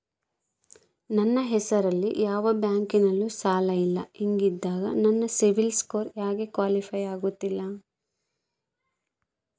ನನ್ನ ಹೆಸರಲ್ಲಿ ಯಾವ ಬ್ಯಾಂಕಿನಲ್ಲೂ ಸಾಲ ಇಲ್ಲ ಹಿಂಗಿದ್ದಾಗ ನನ್ನ ಸಿಬಿಲ್ ಸ್ಕೋರ್ ಯಾಕೆ ಕ್ವಾಲಿಫೈ ಆಗುತ್ತಿಲ್ಲ?